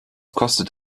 kostet